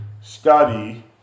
study